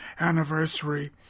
anniversary